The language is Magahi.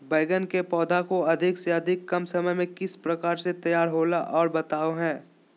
बैगन के पौधा को अधिक से अधिक कम समय में किस प्रकार से तैयारियां होला औ बताबो है?